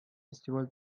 фестиваль